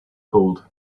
cold